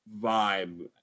vibe